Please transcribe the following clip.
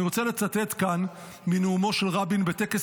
אני רוצה לצטט כאן מנאומו של רבין בטקס